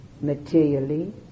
materially